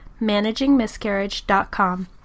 managingmiscarriage.com